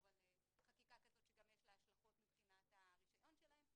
על חקיקה כזו שגם יש לה השלכות מבחינת הרישיון שלהם.